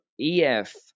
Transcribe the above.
EF